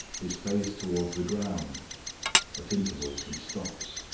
his face towards the ground at intervals he stops,